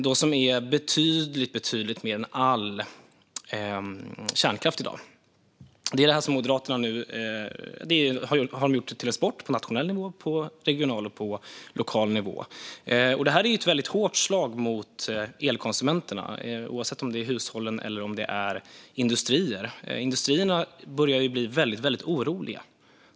Det är betydligt mer än all kärnkraft i dag. Det är det som Moderaterna nu har gjort till en sport att säga nej till på nationell, regional och lokal nivå. Det är ett väldigt hårt slag mot elkonsumenterna, oavsett om det är hushållen eller industrier. Industrierna börjar bli väldigt oroliga.